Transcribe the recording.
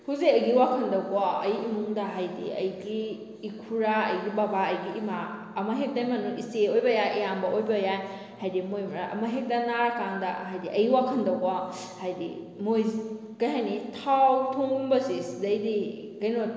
ꯍꯧꯖꯤꯛ ꯑꯩꯒꯤ ꯋꯥꯈꯟꯗꯀꯣ ꯑꯩ ꯏꯃꯨꯡꯗ ꯍꯥꯏꯗꯤ ꯑꯩꯒꯤ ꯏꯈꯨꯔꯥ ꯑꯩꯒꯤ ꯕꯕꯥ ꯑꯩꯒꯤ ꯏꯃꯥ ꯑꯃ ꯍꯦꯛꯇꯅ ꯏꯆꯦ ꯑꯣꯏꯕ ꯌꯥꯏ ꯏꯌꯥꯝꯕ ꯑꯣꯏꯕ ꯌꯥꯏ ꯍꯥꯏꯗꯤ ꯃꯣꯏ ꯑꯃ ꯍꯦꯛꯇ ꯅꯥꯔꯀꯥꯟꯗ ꯍꯥꯏꯗꯤ ꯑꯩ ꯋꯥꯈꯟꯗꯀꯣ ꯍꯥꯏꯗꯤ ꯃꯣꯏꯁꯤ ꯀꯩ ꯍꯥꯏꯅꯤ ꯊꯥꯎ ꯊꯨꯝꯒꯨꯝꯕꯁꯤ ꯁꯤꯗꯩꯗꯤ ꯀꯩꯅꯣ